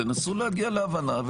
תנסו להגיע להבנה,